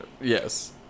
Yes